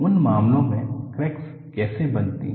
उन मामलों में क्रैक्स कैसे बनती हैं